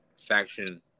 Faction